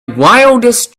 wildest